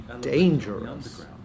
dangerous